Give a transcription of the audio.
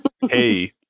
hey